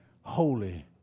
Holy